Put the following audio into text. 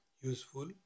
useful